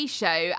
show